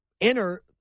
enter